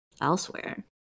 elsewhere